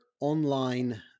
online